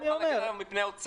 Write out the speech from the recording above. לא,